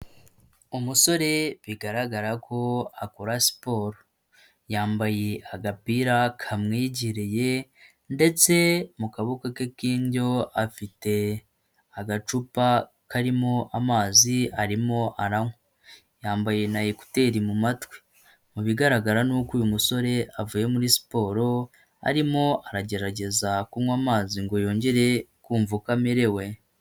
Umusore bigaragara ko akora siporo, yambaye agapira kamwegereye, ndetse mu kaboko ke k'indyo afite agacupa karimo amazi arimo kunywa, yambaye na ekuteri mu matwi. Mu bigaragara n’uko uyu musore avuye muri siporo, arimo aragerageza kunywa amazi ngo yongere kumva uko amerewe.